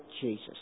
Jesus